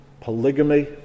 polygamy